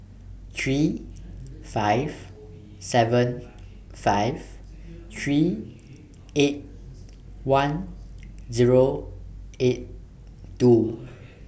three five seven five three eight one Zero eight two